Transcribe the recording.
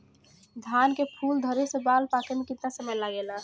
धान के फूल धरे से बाल पाके में कितना समय लागेला?